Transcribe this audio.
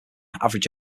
averaging